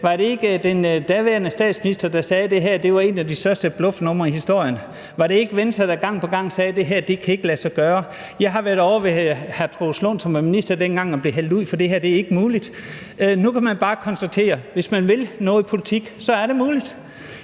var det ikke den daværende statsminister, der sagde det? – at det blev sagt, at det her var et af de største bluffnumre i historien. Var det ikke Venstre, der gang på gang sagde, at det her ikke kan lade sig gøre? Jeg har været ovre hos hr. Troels Lund Poulsen, som var minister dengang, og jeg blev hældt ud, fordi det her ikke var muligt. Nu kan man bare konstatere, at hvis man vil noget i politik, så er det muligt.